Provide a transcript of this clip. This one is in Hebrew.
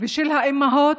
ושל האימהות,